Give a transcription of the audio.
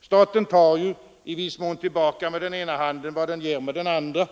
Staten tar i viss mån tillbaka med den ena handen vad den ger med den andra.